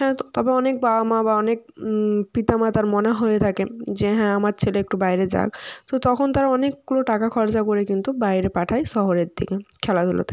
হ্যাঁ তবে অনেক বাবা মা বা অনেক পিতা মাতার মনে হয়ে থাকে যে হ্যাঁ আমার ছেলে একটু বাইরে যাক তো তখন তার অনেকগুলো টাকা খরচা করে কিন্তু বাইরে পাঠায় শহরের দিকে খেলাধুলোতে